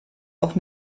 auf